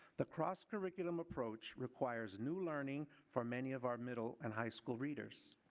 the cross curriculum approach requires new learning for many of our middle and high school readers.